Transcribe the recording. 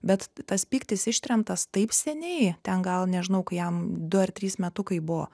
bet tas pyktis ištremtas taip seniai ten gal nežinau kai jam du ar trys metukai buvo